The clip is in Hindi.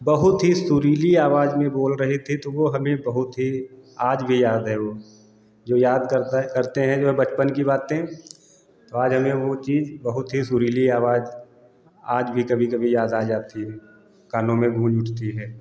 बहुत ही सुरीली आवाज में बोल रही थी तो वो हमें बहुत ही आज भी याद है ऊ जो याद करता है करते हैं जो है बचपन की बातें तो आज हमें वो चीज बहुत ही सुरीली आवाज आज भी कभी कभी याद आ जाती है कानों में गूँज उठती है